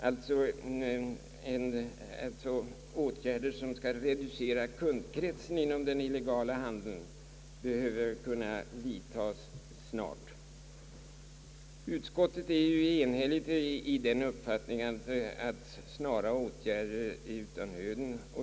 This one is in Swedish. Det krävs snara åtgärder i detta avseende; detta innebär åtgärder som kan reducera den illegala handelns kundkrets. Utskottet är ju enhälligt i uppfattningen att snara åtgärder är av nöden.